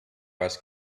was